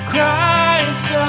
Christ